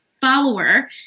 follower